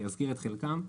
אני אזכיר את חלקם: